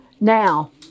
Now